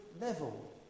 level